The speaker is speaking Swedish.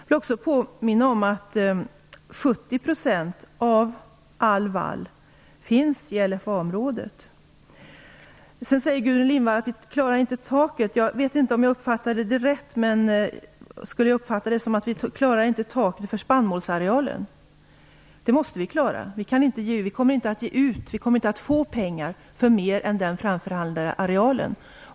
Jag vill påminna om att 70 % av all vall finns i LFA Gudrun Lindvall säger att vi inte klarar taket. Jag vet inte om jag uppfattat henne rätt. Skall jag uppfatta det så, att vi inte klarar taket för spannmålsarealen? Det måste vi klara. Vi kommer inte att få pengar för mer än den framförhandlade arealen.